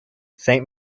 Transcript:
saint